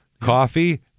coffee